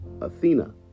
Athena